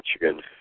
Michigan